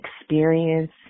experience